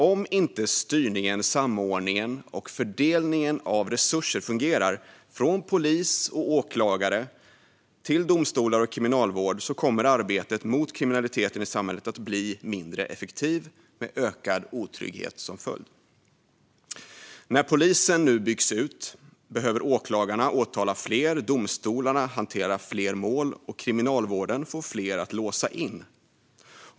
Om inte styrningen, samordningen och fördelningen av resurser fungerar från polis och åklagare till domstolar och Kriminalvården kommer arbetet mot kriminaliteten i samhället att bli mindre effektivt med ökad otrygghet som följd. När polisen nu byggs ut behöver åklagarna åtala fler och domstolarna hantera fler mål, och Kriminalvården får fler att låsa in.